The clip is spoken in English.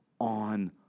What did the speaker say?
on